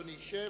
אדוני ישב,